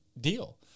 deal